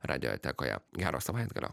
radiotekoje gero savaitgalio